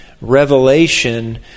revelation